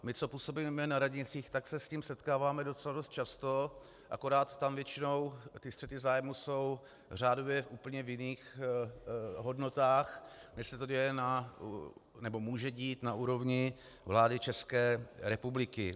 My, co působíme na radnicích, se s tím setkáváme docela dost často, akorát tam většinou ty střety zájmů jsou řádově úplně v jiných hodnotách, než se to může dít na úrovni vlády České republiky.